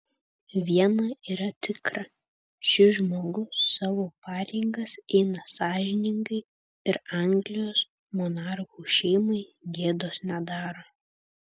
viena yra tikra šis žmogus savo pareigas eina sąžiningai ir anglijos monarchų šeimai gėdos nedaro